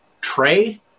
tray